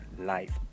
life